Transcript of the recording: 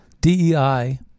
DEI